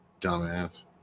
Dumbass